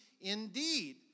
indeed